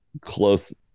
close